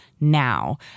now